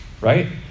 right